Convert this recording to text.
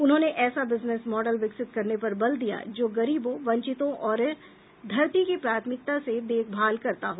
उन्होंने ऐसा business model विकसित करने पर बल दिया जो गरीबों वंचितों और धरती की प्राथमिकता से देखभाल करता हो